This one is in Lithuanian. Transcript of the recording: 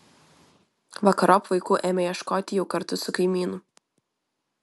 vakarop vaikų ėmė ieškoti jau kartu su kaimynu